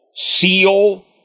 seal